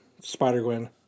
Spider-Gwen